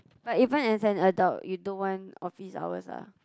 but even as an adult you don't want office hours ah